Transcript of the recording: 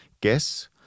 guess